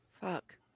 fuck